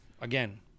again